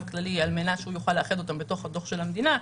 הכללי על מנת שהוא יוכל לאחד אותם בתוך הדוח של המדינה,